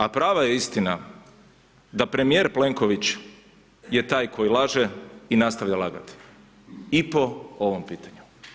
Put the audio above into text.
A prava je istina da premijer Plenković je taj koji laže i nastavlja lagati i po ovom pitanju.